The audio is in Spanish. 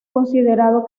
considerado